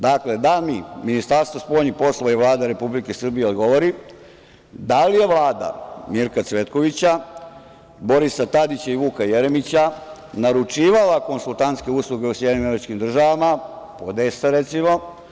Dakle, da mi Ministarstvo spoljnih poslova i Vlada Republike Srbije odgovori da li je Vlada Mirka Cvetkovića, Borisa Tadića i Vuka Jeremića naručivala konsultantske usluge u SAD, recimo?